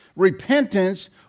repentance